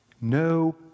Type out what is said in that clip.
no